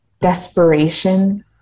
desperation